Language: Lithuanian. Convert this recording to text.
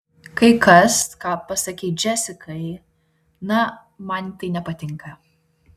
kai kas ką pasakei džesikai na man tai nepatinka